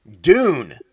Dune